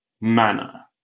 manner